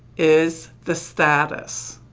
is the status.